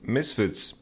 Misfits